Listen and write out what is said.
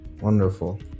Wonderful